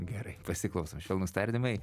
gerai pasiklausom švelnūs tardymai